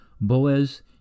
Boaz